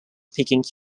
speaking